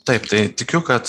taip tai tikiu kad